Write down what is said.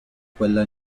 quella